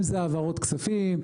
אם זה העברות כספים,